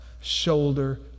shoulder